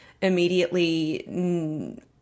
immediately